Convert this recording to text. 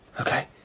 Okay